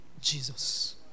Jesus